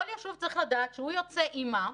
כל יישוב צריך לדעת שהוא יוצא עם מה,